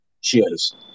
Cheers